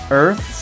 earth